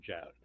out